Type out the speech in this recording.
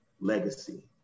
legacy